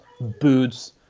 boots